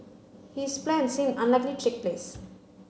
his plans seem unlikely take place